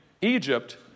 Egypt